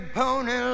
pony